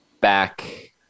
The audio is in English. back